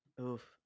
Oof